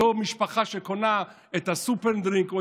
אותה משפחה שקונה את הסופר-דרינק או